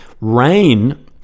Rain